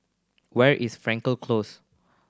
where is Frankel Close